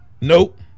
Nope